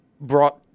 brought